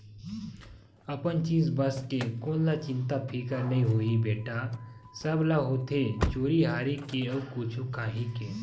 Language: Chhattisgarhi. अपन चीज बस के कोन ल चिंता फिकर नइ होही बेटा, सब ल होथे चोरी हारी के अउ कुछु काही के